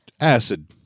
acid